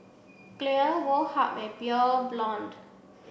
Clear Woh Hup and Pure Blonde